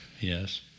Yes